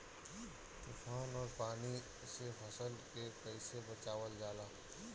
तुफान और पानी से फसल के कईसे बचावल जाला?